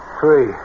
three